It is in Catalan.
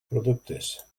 productes